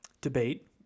debate